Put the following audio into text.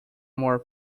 more